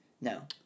No